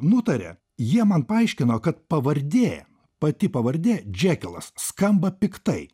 nutaria jie man paaiškino kad pavardė pati pavardė džekelas skamba piktai